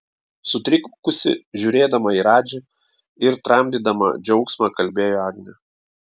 sutrikusi žiūrėdama į radži ir tramdydama džiaugsmą kalbėjo agnė